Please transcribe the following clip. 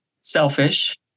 selfish